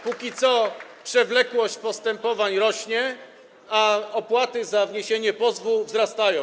Póki co przewlekłość postępowań rośnie, a opłaty za wniesienie pozwu wzrastają.